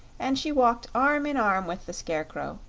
and she walked arm in arm with the scarecrow,